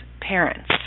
parents